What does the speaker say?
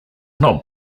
not